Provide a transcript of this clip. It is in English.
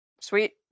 Sweet